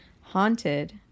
haunted